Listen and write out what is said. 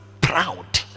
proud